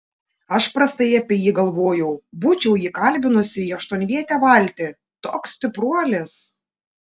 aš prastai apie jį galvojau būčiau jį kalbinusi į aštuonvietę valtį toks stipruolis